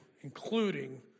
including